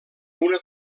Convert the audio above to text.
una